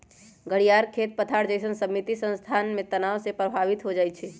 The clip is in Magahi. घरियार खेत पथार जइसन्न सीमित स्थान में तनाव से प्रभावित हो जाइ छइ